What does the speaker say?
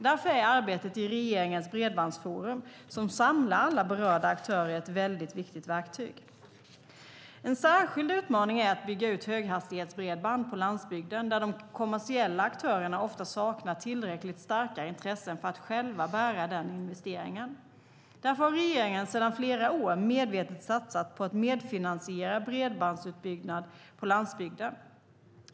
Därför är det arbetet i regeringens Bredbandsforum, som samlar alla berörda aktörer, ett väldigt viktigt verktyg. En särskild utmaning är att bygga ut höghastighetsbredband på landsbygden, där de kommersiella aktörerna ofta saknar tillräckligt starka intressen för att själva bära den investeringen. Därför har regeringen sedan flera år medvetet satsat på att medfinansiera bredbandsutbyggnad på landsbygden.